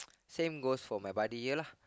same goes for my buddy here lah